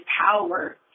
power